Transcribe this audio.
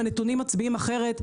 הנתונים מצביעים אחרת,